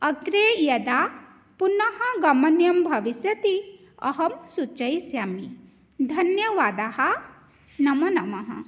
अग्रे यदा पुनः गमनं भविष्यति अहं सूचयिष्यामि धन्यवादः नमो नमः